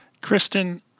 Kristen